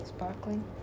sparkling